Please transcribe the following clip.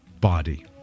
body